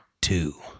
Two